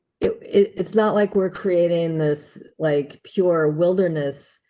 it's not like we're creating this, like, pure wilderness.